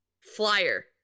Flyer